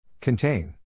Contain